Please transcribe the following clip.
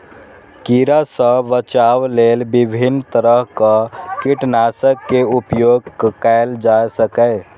कीड़ा सं बचाव लेल विभिन्न तरहक कीटनाशक के उपयोग कैल जा सकैए